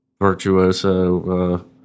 virtuoso